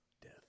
Death